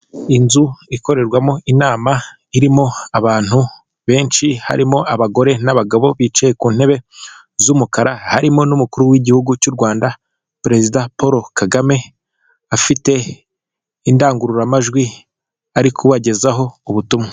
Inzu ikorerwamo inama irimo abantu benshi harimo abagore n'abagabo bicaye ku ntebe z'umukara harimo n'umukuru w'igihugu cy'u Rwanda perezida paul Kagame, afite indangururamajwi ari kubagezaho ubutumwa.